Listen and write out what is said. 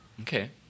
Okay